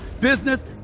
business